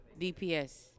DPS